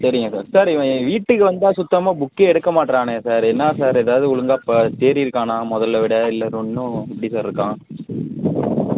சரிங்க sir sir இவன் வீட்டுக்கு வந்தால் சுத்தமாக புக்கே எடுக்க மாட்றானே சார் என்ன சார் எதாவது ஒழுங்காக இப்போ தேரியிருக்கானா முதல்ல இருந்ததை விட இல்லை இன்னும் எப்படி சார் இருக்கான்